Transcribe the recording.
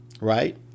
right